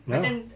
ya lah